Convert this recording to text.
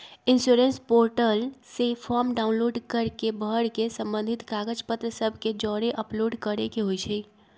insurance portal से form download कऽ के भर के संबंधित कागज पत्र सभ के जौरे अपलोड करेके होइ छइ